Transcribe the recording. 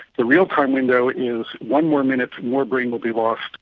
the real time window is one more minute more brain will be lost,